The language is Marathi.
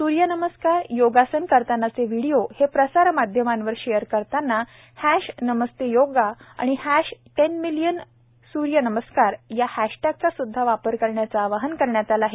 सुर्यनमस्कार योगासन करतांनाचे व्हिडिओ हे प्रसार माध्यमावर शेअर करताना हॅश नमस्ते योगा आणि हॅश टेन मिलियन सूर्यनमस्कार या हॅशटेग चा सूदधा वापर करण्याचे आवाहन करण्यात आले आहे